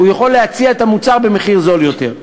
הוא יכול להציע את המוצר במחיר זול יותר.